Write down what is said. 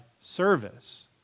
service